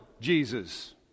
Jesus